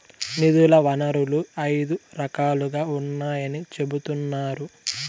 నిధుల వనరులు ఐదు రకాలుగా ఉన్నాయని చెబుతున్నారు